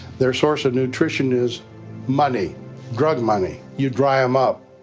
their source of nutrition is money drug money. you dry em up.